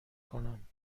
کنم